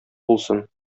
булсын